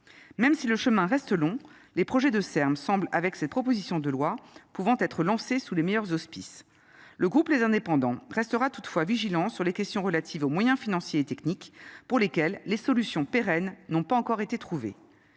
même si le chemin reste long. Les projets de serme semblent avec cette proposition de loi pouvant être lancés sous les meilleurs auspices. Le groupe les indépendants restera toutefois vigilant sur les questions relatives aux moyens financiers et techniques pour lesquelles les solutions pérennes n'ont pas encore été trouvées.